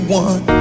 one